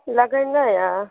लगेनाइ यए